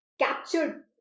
captured